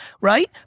right